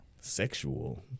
Sexual